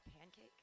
Pancake